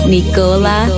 Nicola